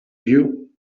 you